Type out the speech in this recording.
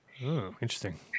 Interesting